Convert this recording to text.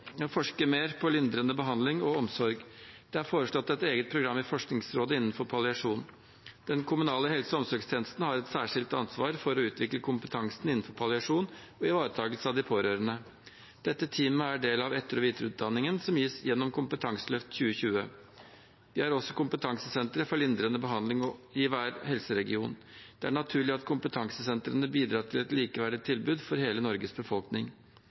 forske mer på lindrende behandling og omsorg. Det er foreslått et eget program i Forskningsrådet innenfor palliasjon. Den kommunale helse- og omsorgstjenesten har et særskilt ansvar for å utvikle kompetansen innenfor palliasjon og ivaretakelse av de pårørende. Dette teamet er del av etter- og videreutdanningen som gis gjennom Kompetanseløft 2020. Det er også kompetansesentre for lindrende behandling i hver helseregion. Det er naturlig at kompetansesentrene bidrar til et likeverdig tilbud for hele Norges befolkning.